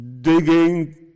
digging